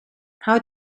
how